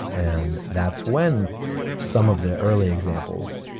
and that's when some of the early examples,